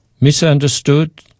misunderstood